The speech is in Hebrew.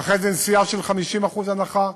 ואחרי זה נסיעה ב-50% הנחה.